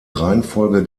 reihenfolge